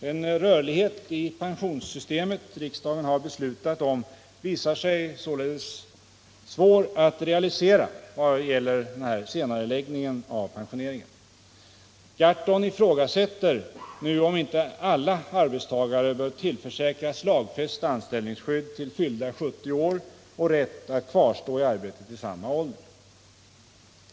Den rörlighet i pensionssystemet som riksdagen har beslutat om visar sig således svår att realisera vad gäller denna senareläggning av pensioneringen. Per Gahrton ifrågasätter nu om inte alla arbetstagare bör tillförsäkras lagfäst anställningsskydd till fyllda 70 år och rätt att kvarstå i arbetet till samma ålder.